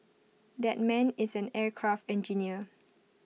that man is an aircraft engineer